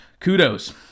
Kudos